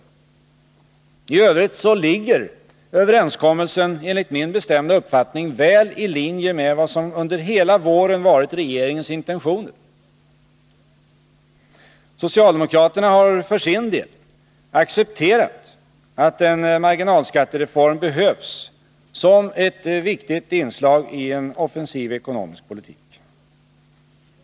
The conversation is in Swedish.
I övrigt ligger överenskommelsen enligt min bestämda uppfattning väl i linje med vad som under hela våren varit regeringens intentioner. Socialdemokraterna har för sin del accepterat att en marginalskattereform behövs som ett viktigt inslag i en offensiv ekonomisk politik.